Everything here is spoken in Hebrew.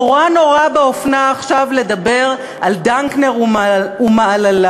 נורא נורא באופנה עכשיו לדבר על דנקנר ומעלליו.